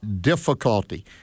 difficulty –